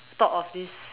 thought of this